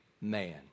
man